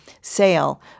sale